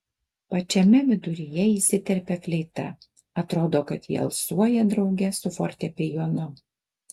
pačiame viduryje įsiterpia fleita atrodo kad ji alsuoja drauge su fortepijonu